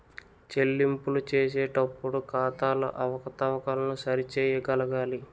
చెల్లింపులు చేసేటప్పుడు ఖాతాల అవకతవకలను సరి చేయగలగాలి